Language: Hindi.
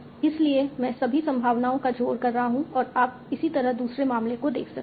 इसलिए मैं सभी संभावनाओं का जोड़ कर रहा हूं और आप इसी तरह दूसरे मामले को देख सकते हैं